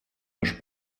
тож